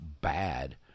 bad